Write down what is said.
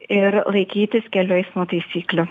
ir laikytis kelių eismo taisyklių